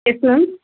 yes ma'am